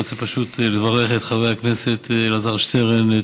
אני רוצה לברך את חבר הכנסת אלעזר שטרן,